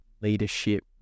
leadership